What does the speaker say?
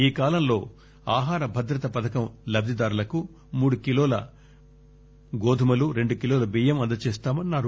ఈ కాలంలో ఆహార భద్రత పథకం లబ్దిదారులకు మూడు కిలోల గోధుమలు రెండు కిలోల బియ్యం అందజేస్తామన్నారు